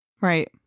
Right